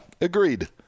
Agreed